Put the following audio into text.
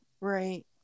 right